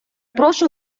прошу